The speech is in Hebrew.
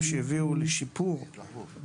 אף אזרח לא נכנס לכלא לתקופה של רבע מהענישה.